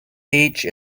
beach